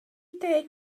deg